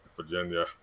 Virginia